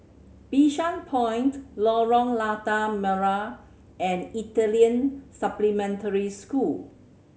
Bishan Point Lorong Lada Merah and Italian Supplementary School